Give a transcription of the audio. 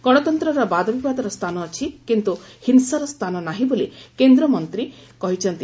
ଗଶତନ୍ତର ବାଦବିବାଦର ସ୍ରାନ ଅଛି କିନ୍ତୁ ହିଂସାର ସ୍ରାନ ନାହି ବୋଲି କେନ୍ଦ୍ରମନ୍ତୀ କହିଛନ୍ତି